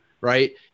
right